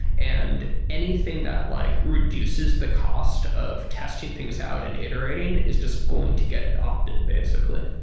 and anything that like reduces the cost of testing things out and iterating is just going to get adapted basically.